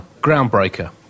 groundbreaker